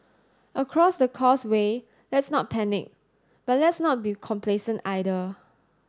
across the causeway let's not panic but let's not be complacent either